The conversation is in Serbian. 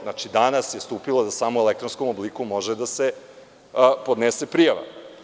Znači, od danas se važi da samo u elektronskom obliku može da se podnese prijava.